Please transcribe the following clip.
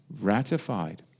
ratified